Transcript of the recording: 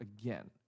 again